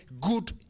good